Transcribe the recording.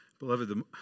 Beloved